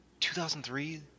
2003